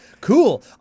Cool